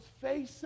facing